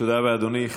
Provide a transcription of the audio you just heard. תודה רבה, אדוני.